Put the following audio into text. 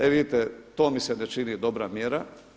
E vidite to mi se ne čini dobra mjera.